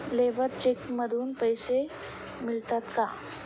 Labour cheque मधून पैसे मिळतात का?